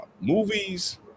movies